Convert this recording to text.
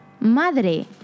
Madre